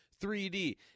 3D